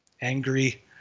angry